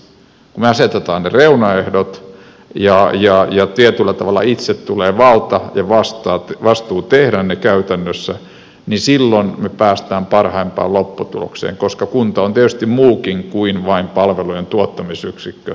kun me asetamme ne reunaehdot ja tietyllä tavalla itselle tulee valta ja vastuu tehdä ne käytännössä niin silloin me pääsemme parhaimpaan lopputulokseen koska kunta on tietysti muukin kuin vain palvelujen tuottamisyksikkö